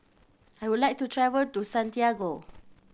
I would like to travel to Santiago